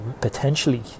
potentially